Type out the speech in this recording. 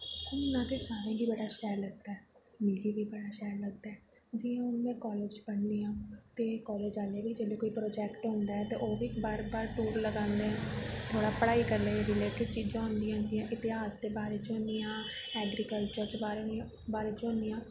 घूमना ते सारें गी बड़ा शैल लगदा ऐ मिगी बी शैल लगदा ऐ जियां हून में कालेज पढ़नी आं ते जिसले बी कोई प्रोजैक्ट आंदा ऐ ते बाह्क टूर लांदे न थोह्ड़ा पढ़ाई करने दे बारे च चीजां आंदियां जियां इतिहास दे बारे च आंदियां ऐग्रीकलचर दे बारे च होंदियां ते